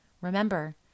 Remember